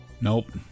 Nope